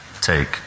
take